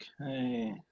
Okay